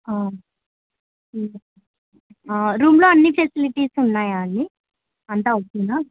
రూమ్లో అన్ని ఫెసిలిటీస్ ఉన్నాయా అండి అంతా ఓకేనా